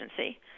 agency